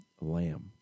Lamb